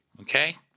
okay